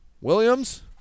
Williams